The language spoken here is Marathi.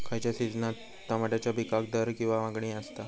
खयच्या सिजनात तमात्याच्या पीकाक दर किंवा मागणी आसता?